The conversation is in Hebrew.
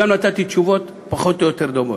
וגם נתתי תשובות פחות או יותר דומות.